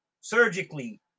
surgically